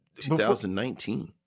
2019